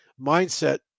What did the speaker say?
mindset